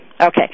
Okay